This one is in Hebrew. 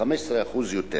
15% יותר